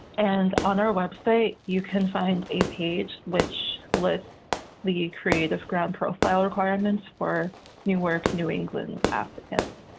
and on our website, you can find a page which lists the creativeground profile requirements for new work new england applicants.